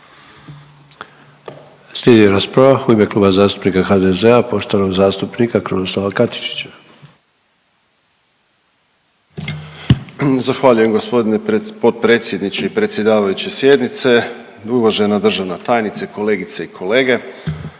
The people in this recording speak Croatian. Slijedi rasprava u ime Kluba zastupnika HDZ-a, poštovanog zastupnika Krunoslava Katičića. **Katičić, Krunoslav (HDZ)** Zahvaljujem g. potpredsjedniče i predsjedavajući sjednice, uvažena državna tajnice, kolegice i kolege.